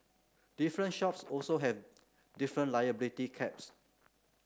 different shops also have different liability caps